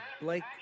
Blake